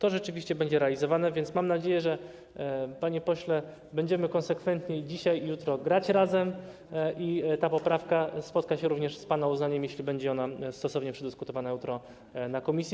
To rzeczywiście będzie realizowane, więc mam nadzieję, panie pośle, że będziemy konsekwentnie dzisiaj i jutro grać razem i ta poprawka spotka się również z pana uznaniem - jeśli będzie stosownie przedyskutowana jutro na posiedzeniu komisji.